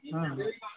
ହୁଁ